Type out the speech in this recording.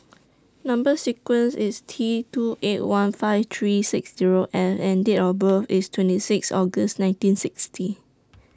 Number sequence IS T two eight one five three six Zero F and Date of birth IS twenty six August nineteen sixty